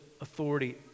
authority